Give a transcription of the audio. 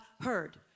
heard